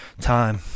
time